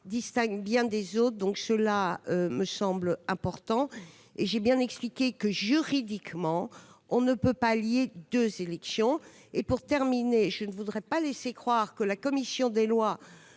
distinguent bien des autres. C'est important à mes yeux. J'ai bien expliqué que, juridiquement, on ne peut pas lier deux élections. Pour terminer, je ne voudrais pas laisser croire que la commission des lois